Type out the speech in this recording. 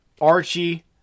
Archie